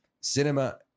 cinema